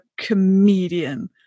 comedian